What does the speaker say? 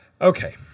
Okay